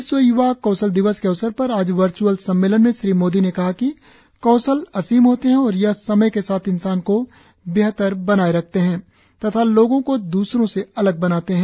विश्व युवा कौशल दिवस के अवसर पर आज वर्चअल सम्मेलन में श्री मोदी ने कहा कि कौशल असीम होते हैं और यह समय के साथ इंसान को बेहतर बनाए रखते हैं तथा लोगों को दूसरों से अलग बनाते हैं